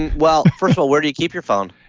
well, first of all, where do you keep your phone?